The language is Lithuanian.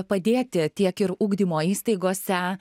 padėti tiek ir ugdymo įstaigose